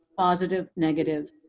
positive, negative.